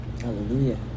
Hallelujah